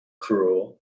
cruel